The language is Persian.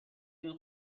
این